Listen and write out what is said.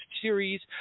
series